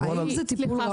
האם זה טיפול ראוי?